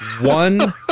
one